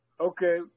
Okay